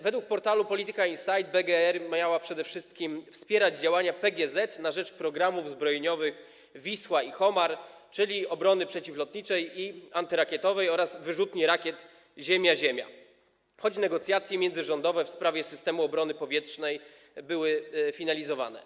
Według portalu Polityka Insight BGR miała przede wszystkim wspierać działania PGZ na rzecz programów zbrojeniowych „Wisła” i „Homar”, czyli dotyczących obrony przeciwlotniczej i antyrakietowej oraz wyrzutni rakiet ziemia-ziemia, choć negocjacje międzyrządowe w sprawie systemu obrony powietrznej były finalizowane.